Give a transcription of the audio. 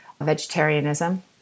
vegetarianism